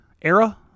era